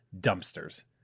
dumpsters